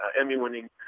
Emmy-winning